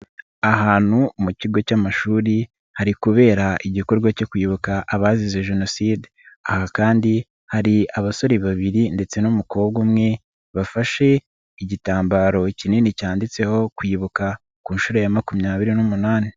Ahantu mu kigo cy'amashuri hari kubera igikorwa cyo kwibuka abazize Jenoside. Aha kandi hari abasore babiri ndetse n'umukobwa umwe bafashe igitambaro kinini cyanditseho kwibuka ku nshuro ya makumyabiri n'umunani.